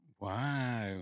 Wow